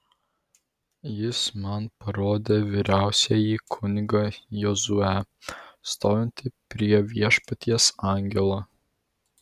jis man parodė vyriausiąjį kunigą jozuę stovintį prie viešpaties angelo